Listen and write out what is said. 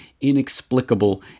inexplicable